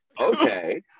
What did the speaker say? okay